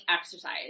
exercise